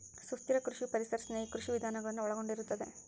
ಸುಸ್ಥಿರ ಕೃಷಿಯು ಪರಿಸರ ಸ್ನೇಹಿ ಕೃಷಿ ವಿಧಾನಗಳನ್ನು ಒಳಗೊಂಡಿರುತ್ತದೆ